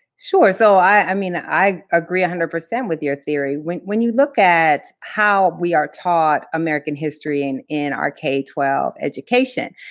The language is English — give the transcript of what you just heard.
sure. so i mean, i agree one hundred percent with your theory. when when you look at how we are taught american history and in our k twelve education,